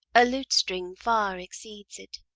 a lute-string far exceeds it.